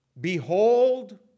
behold